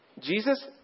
Jesus